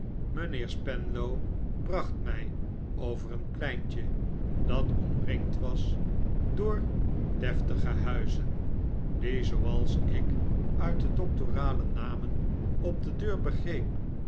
mijnheer spenlow bracht mij over een pleintje dat omringd was door deftige huizen die zooals ik uit de doctorale namen op de deuren begreep